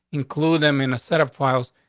include them in a set of files,